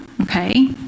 okay